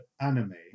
anime